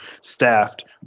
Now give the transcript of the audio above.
staffed